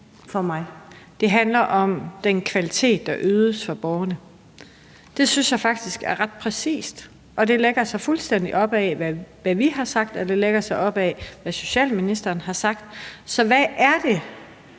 det handler om den kvalitet, der ydes for borgerne, synes jeg faktisk er ret præcist, og det lægger sig fuldstændig op ad, hvad vi har sagt, og det lægger sig op ad, hvad socialministeren har sagt. Så hvad er det,